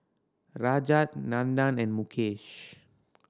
Rajat Nandan and Mukesh